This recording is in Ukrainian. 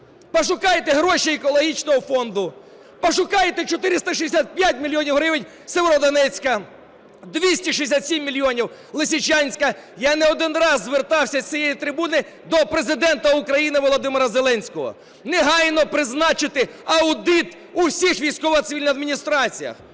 пошукайте гроші екологічного фонду, пошукайте 465 мільйонів гривень Сєвєродонецька, 267 мільйонів Лисичанська. Я не один раз звертався з цієї трибуни до Президента України Володимира Зеленського негайно призначити аудит у всіх військово-цивільних адміністраціях.